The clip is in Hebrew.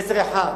מסר אחד,